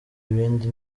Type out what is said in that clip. ibindi